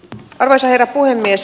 arvoisa herra puhemies